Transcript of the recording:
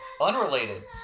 unrelated